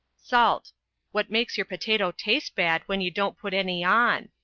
salt what makes your potato taste bad when you don't put any on.